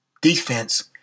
defense